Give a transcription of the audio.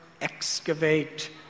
excavate